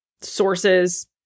sources